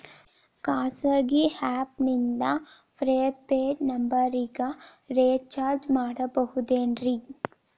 ಖಾಸಗಿ ಆ್ಯಪ್ ನಿಂದ prepaid ನಂಬರಿಗ ರೇಚಾರ್ಜ್ ಮಾಡಬಹುದೇನ್ರಿ?